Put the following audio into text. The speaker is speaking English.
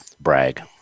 brag